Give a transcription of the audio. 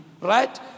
right